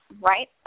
right